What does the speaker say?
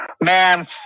man